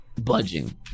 budging